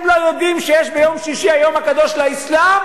הם לא יודעים שיש יום שישי, היום הקדוש לאסלאם?